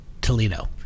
Toledo